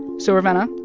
so ravenna,